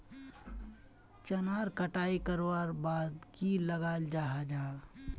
चनार कटाई करवार बाद की लगा जाहा जाहा?